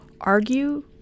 argue